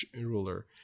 ruler